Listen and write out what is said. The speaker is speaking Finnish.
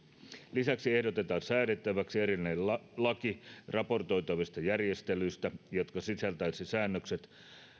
lisäksi ehdotetaan säädettäväksi erillinen laki raportoitavista järjestelyistä jotka sisältäisivät säännökset